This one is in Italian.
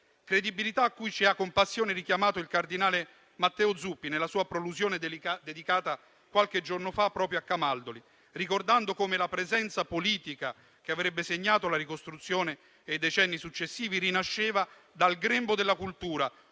credibilità a cui ci ha con passione richiamato il cardinale Matteo Zuppi nella sua prolusione dedicata qualche giorno fa proprio a Camaldoli, ricordando come la presenza politica che avrebbe segnato la ricostruzione e i decenni successivi rinasceva dal grembo della cultura.